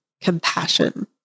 compassion